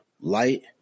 light